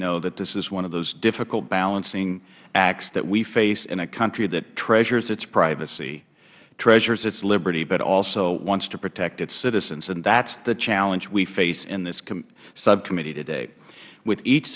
know that this is one of those difficult balancing acts that we face in a country that treasures its privacy treasures its liberty but also wants to protect its citizens and that is the challenge we face in this subcommittee today with each